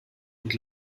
und